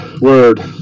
word